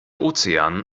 ozean